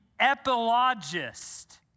epilogist